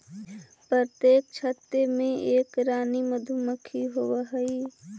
प्रत्येक छत्ते में एक रानी मधुमक्खी होवअ हई